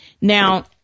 Now